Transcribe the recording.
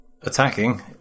attacking